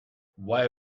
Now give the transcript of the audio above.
why